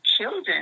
children